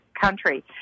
country